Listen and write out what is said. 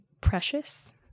precious